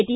T